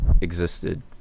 existed